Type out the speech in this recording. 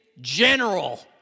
general